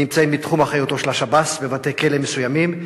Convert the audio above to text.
נמצאים בתחום אחריותו של השב"ס בבתי-כלא מסוימים.